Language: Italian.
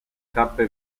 tappe